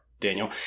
Daniel